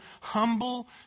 humble